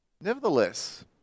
Nevertheless